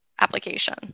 application